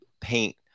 paint